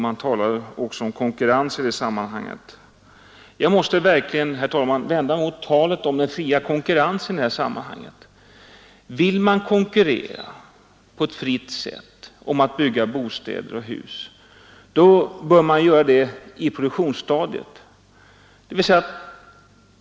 Man talar också om konkurrensen i det sammanhanget. Jag måste verkligen, herr talman, vända mig mot talet om den fria konkurrensen i det här sammanhanget. Vill man konkurrera på ett fritt sätt om att bygga bostäder och andra hus bör man göra det på produktionsstadiet.